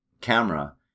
camera